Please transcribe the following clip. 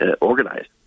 organized